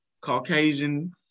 Caucasian